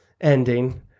ending